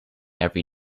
every